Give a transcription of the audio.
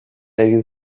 egin